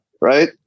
right